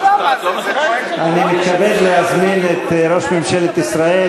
אני מתכבד להזמין את ראש ממשלת ישראל,